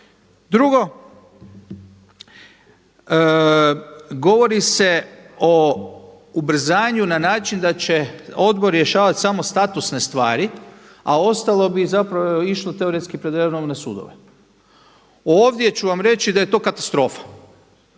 Drugo, govori se u ubrzanju na način da će odbor rješavati samo statusne stvari, a ostalo bi išlo teoretski pred redovne sudove. Ovdje ću vam reći da je to katastrofa.